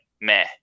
meh